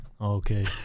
okay